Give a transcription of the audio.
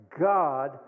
God